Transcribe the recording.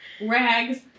rags